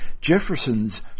Jefferson's